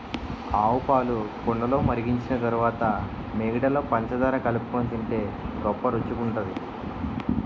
ఆవుపాలు కుండలో మరిగించిన తరువాత మీగడలో పంచదార కలుపుకొని తింటే గొప్ప రుచిగుంటది